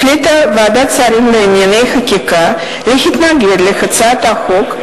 החליטה ועדת השרים לענייני חקיקה להתנגד להצעת החוק,